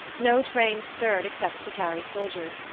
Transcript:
no train stirred except to carry soldiers,